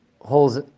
holes